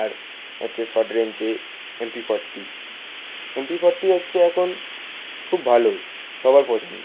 আর হচ্ছে শর্ট রেঞ্চে M P forty M P forty হচ্ছে এখন খুব ভালোই সবার পছন্দ